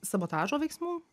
sabotažo veiksmų